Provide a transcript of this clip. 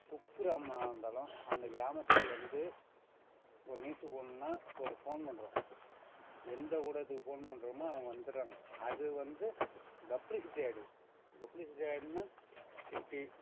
குக்கிராமம் இருந்தாலும் அந்த கிராமத்துக்கு வந்து ஒரு நியூஸு போடணுன்னா ஒரு ஃபோன் பண்ணுறோம் எந்த ஊடகத்துக்கு ஃபோன் பண்ணுறமோ அவங்க வந்துடுறாங்க அதுவந்து பப்ளிஷிட்டி ஆயிடுது பப்ளிஷிட்டி ஆயிட்னால் சிட்டி